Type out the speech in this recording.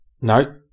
No